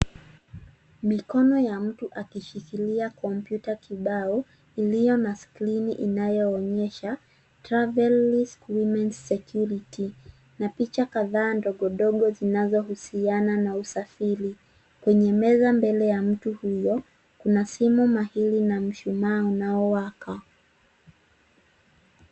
Mikono ya mtu akishikilia kompyuta kibao, iliyo na skirini inayoonyesha, Travels Women Security, na picha kadhaa ndogo ndogo zinazohusiana na usafiri. Kwenye meza mbele ya mtu huyo, kuna simu mahiri na mshumaa unaowaka.